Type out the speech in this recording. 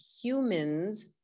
humans